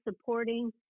supporting